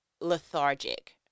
lethargic